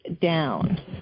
down